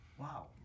Wow